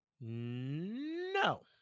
No